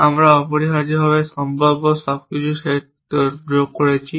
আমরা অপরিহার্যভাবে সম্ভাব্য সবকিছু যোগ করেছি